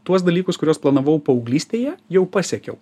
tuos dalykus kuriuos planavau paauglystėje jau pasiekiau